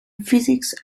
physics